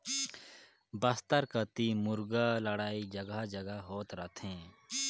बस्तर कति मुरगा लड़ई जघा जघा होत रथे